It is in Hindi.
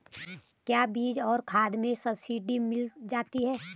क्या बीज और खाद में सब्सिडी मिल जाती है?